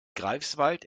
greifswald